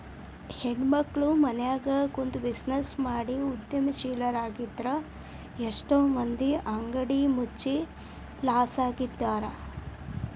ಹೆಣ್ಮಕ್ಳು ಮನ್ಯಗ ಕುಂತ್ಬಿಜಿನೆಸ್ ಮಾಡಿ ಉದ್ಯಮಶೇಲ್ರಾಗಿದ್ರಿಂದಾ ಎಷ್ಟೋ ಮಂದಿ ಅಂಗಡಿ ಮುಚ್ಚಿ ಲಾಸ್ನ್ಯಗಿದ್ದಾರ